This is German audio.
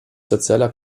sozialer